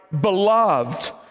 beloved